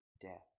death